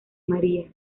maria